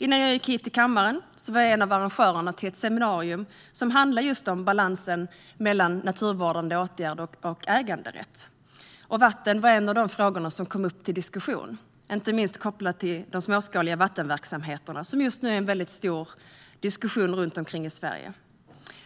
Innan jag gick hit till kammaren var jag en av arrangörerna till ett seminarium som handlade just om balansen mellan naturvårdande åtgärder och äganderätt. Vatten var en av de frågor som kom upp till diskussion, inte minst kopplat till de småskaliga vattenverksamheterna, som det just nu är stor diskussion om runt omkring i Sverige.